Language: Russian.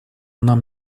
нам